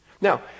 now